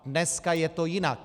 Dneska je to jinak!